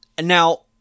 Now